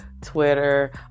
Twitter